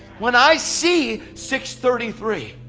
when i see six thirty three,